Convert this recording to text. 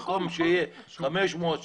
במקום שיהיה 600-500,